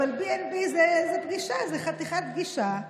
אבל B&B זאת חתיכת פגישה.